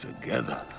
together